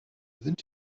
sind